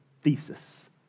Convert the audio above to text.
thesis